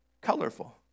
colorful